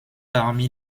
parmi